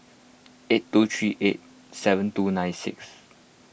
eight two three eight seven two nine six